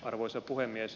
arvoisa puhemies